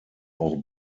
auch